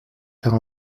faire